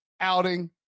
outing